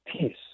peace